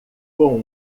com